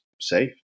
safe